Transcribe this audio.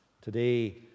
Today